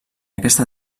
aquesta